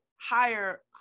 higher